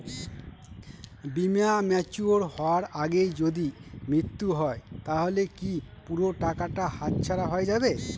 বীমা ম্যাচিওর হয়ার আগেই যদি মৃত্যু হয় তাহলে কি পুরো টাকাটা হাতছাড়া হয়ে যাবে?